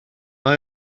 mae